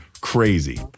crazy